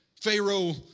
Pharaoh